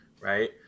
right